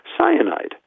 cyanide